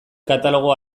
katalogo